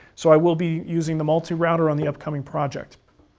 so i will be using the multi-router on the upcoming project.